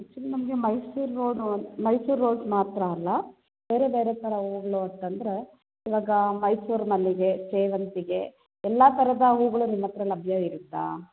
actually ನಮಗೆ Mysuru rose Mysuru rose ಮಾತ್ರ ಅಲ್ಲ ಬೇರೆ ಬೇರೆ ಥರ ಹೂಗಳು ಅಂತ ಅಂದರೆ ಇವಾಗ ಮೈಸೂರು ಮಲ್ಲಿಗೆ ಸೇವಂತಿಗೆ ಎಲ್ಲ ಥರದ ಹೂಗಳು ನಿಮ್ಮತ್ತಿರ ಲಭ್ಯವಿರುತ್ತಾ